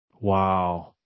Wow